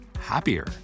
Happier